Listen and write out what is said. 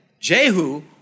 Jehu